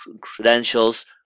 credentials